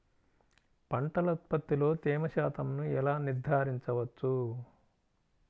పంటల ఉత్పత్తిలో తేమ శాతంను ఎలా నిర్ధారించవచ్చు?